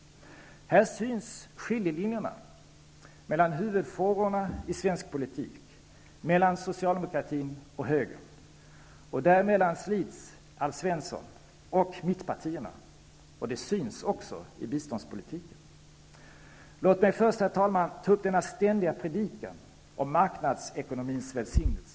Här syns skiljelinjerna mellan huvudfårorna i svensk politik, mellan socialdemokratin och högern. Däremellan slits Alf Svensson och mittenpartierna, och det syns också i biståndspolitiken. Låt mig först, herr talman, ta upp den ständiga predikan om marknadsekonomins välsignelse.